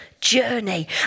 journey